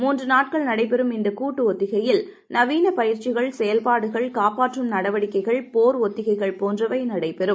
மூன்று நாட்கள் நடைபெறும் இந்த கூட்டு ஒத்திகையில் நவீன பயிற்சிகள் செயல்பாடுகள் காப்பாற்றும் நடவடிக்கைகள் போர் ஒத்திகைகள் போன்றவை நடைபெறும்